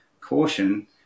caution